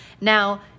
Now